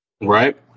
Right